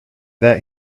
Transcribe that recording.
that